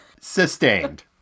Sustained